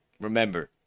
remember